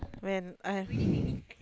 when I